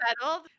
settled